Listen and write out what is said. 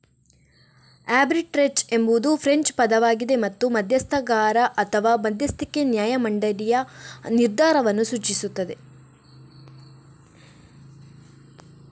arbitrage ಎಂಬುದು French ಪದವಾಗಿದೆ ಮತ್ತು ಮಧ್ಯಸ್ಥಗಾರ ಅಥವಾ ಮಧ್ಯಸ್ಥಿಕೆ ನ್ಯಾಯ ಮಂಡಳಿಯ ನಿರ್ಧಾರವನ್ನು ಸೂಚಿಸುತ್ತದೆ